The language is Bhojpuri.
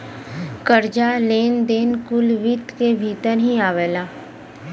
कर्जा, लेन देन कुल वित्त क भीतर ही आवला